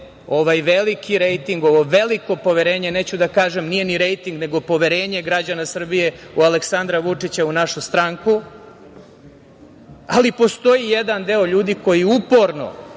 to je veliki rejting, ovo veliko poverenje. Neću da kažem, nije ni rejting, nego poverenje građana Srbije u Aleksandra Vučića, u našu stranku. Ali, postoji jedna deo ljudi koji uporno